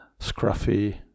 scruffy